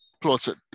closer